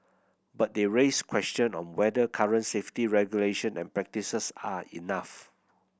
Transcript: but they raise question on whether current safety regulation and practices are enough